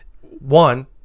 one